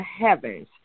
heavens